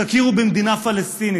תכירו במדינה פלסטינית.